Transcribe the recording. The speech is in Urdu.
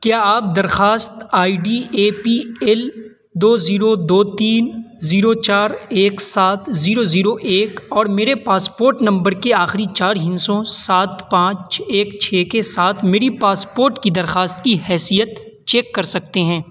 کیا آپ درخواست I D A P L دو زیرو دو تین زیرو چار ایک سات زیرو زیرو ایک اور میرے پاسپورٹ نمبر کے آخری چار ہندسوں سات پانچ ایک چھ کے ساتھ میری پاسپورٹ کی درخواست کی حیثیت چیک کر سکتے ہیں